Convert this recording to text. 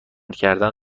کردن